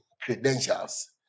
credentials